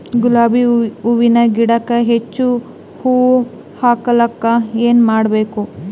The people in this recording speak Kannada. ಗುಲಾಬಿ ಹೂವಿನ ಗಿಡಕ್ಕ ಹೆಚ್ಚ ಹೂವಾ ಆಲಕ ಏನ ಮಾಡಬೇಕು?